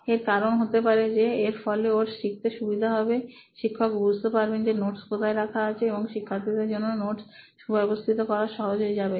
এর কারণ হতে পারে যে এর ফলে ওর শিখতে সুবিধা হবে শিক্ষক বুঝতে পারবেন যে নোটস কোথায় রাখা আছে এবং শিক্ষার্থীদের জন্য নোটস সুব্যবস্থিত করা সহজ হয়ে যাবে